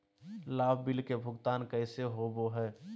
लाभ बिल के भुगतान कैसे होबो हैं?